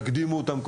תקדימו אותן,